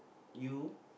you